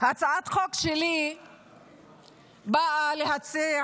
הצעת החוק שלי באה להציע